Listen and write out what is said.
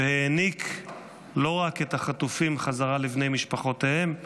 והעניק לא רק את החטופים לבני משפחותיהם בחזרה,